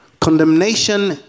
Condemnation